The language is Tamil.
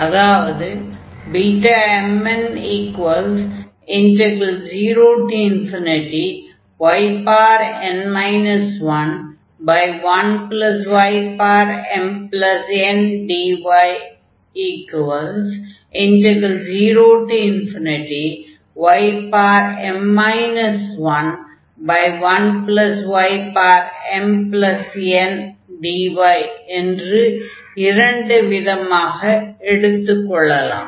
அதாவது Bmn0yn 11ymndy0ym 11ymndy என்று இரண்டு விதமாக எடுத்துக் கொள்ளலாம்